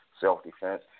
self-defense